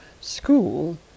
school